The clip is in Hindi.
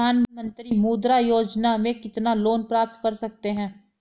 प्रधानमंत्री मुद्रा योजना में कितना लोंन प्राप्त कर सकते हैं?